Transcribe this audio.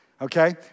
Okay